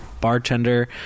bartender